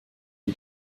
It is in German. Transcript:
die